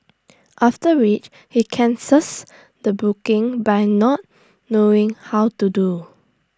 after which he cancels the booking by not knowing how to do